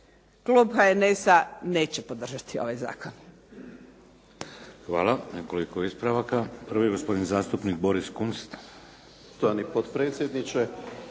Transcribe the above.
Klub HNS-a neće podržati ovaj zakon.